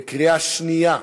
בקריאה שנייה.